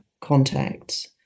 contacts